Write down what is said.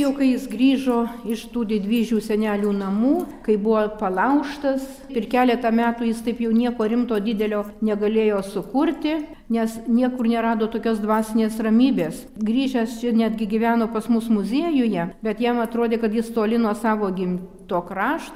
jau kai jis grįžo iš tų didvyžių senelių namų kai buvo palaužtas ir keletą metų jis taip jau nieko rimto didelio negalėjo sukurti nes niekur nerado tokios dvasinės ramybės grįžęs čia netgi gyveno pas mus muziejuje bet jam atrodė kad jis toli nuo savo gimto krašto